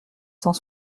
cent